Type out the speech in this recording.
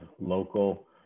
local